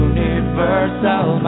Universal